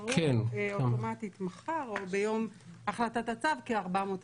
ישוחררו אוטומטית מחר או ביום החלטת הצו כ-400 אסירים.